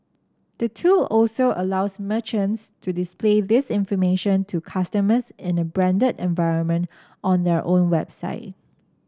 the tool also allows merchants to display this information to customers in a branded environment on their own website